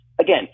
Again